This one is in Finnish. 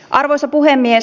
arvoisa puhemies